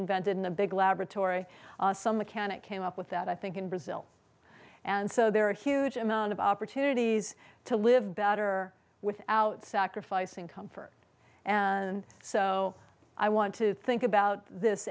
invented in a big laboratory some mechanic came up with that i think in brazil and so there are a huge amount of opportunities to live better without sacrificing comfort and so i want to think about this